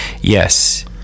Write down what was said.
yes